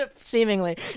seemingly